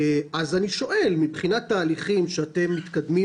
אני שואל מבחינת תהליכים שאתם מתקדמים